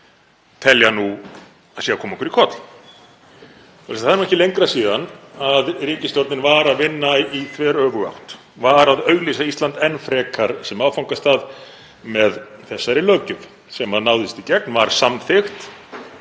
það er ekki lengra síðan að ríkisstjórnin var að vinna í þveröfuga átt, var að auglýsa Ísland enn frekar sem áfangastað með þessari löggjöf, sem náðist í gegn, var samþykkt